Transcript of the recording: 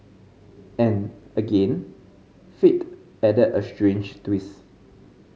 and again fate added a strange twist